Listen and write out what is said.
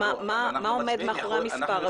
מה עומד מאחורי המספר הזה.